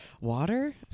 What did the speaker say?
water